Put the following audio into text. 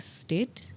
state